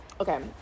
Okay